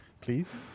Please